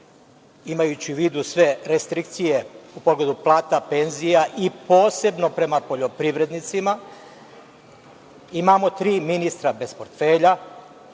imajući u vidu sve restrikcije u pogledu plata, penzija i posebno prema poljoprivrednicima, imamo tri ministra bez portfelja,